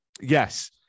Yes